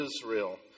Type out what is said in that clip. Israel